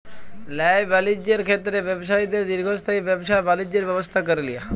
ল্যায় বালিজ্যের ক্ষেত্রে ব্যবছায়ীদের দীর্ঘস্থায়ী ব্যাবছা বালিজ্যের ব্যবস্থা ক্যরে লিয়া